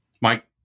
Mike